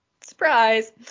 Surprise